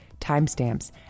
timestamps